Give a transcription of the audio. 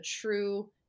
true